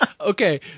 okay